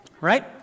right